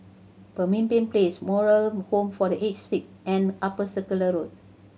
Pemimpin Place Moral Home for The Aged Sick and Upper Circular Road